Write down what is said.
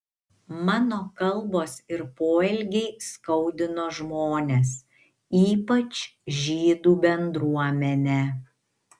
mano kalbos ir poelgiai skaudino žmones ypač žydų bendruomenę